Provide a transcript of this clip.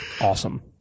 awesome